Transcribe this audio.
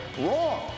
Wrong